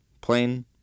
Plain